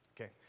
Okay